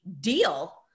deal